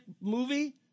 movie